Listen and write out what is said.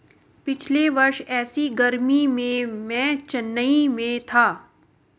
पिछले वर्ष ऐसी गर्मी में मैं चेन्नई में था